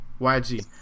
YG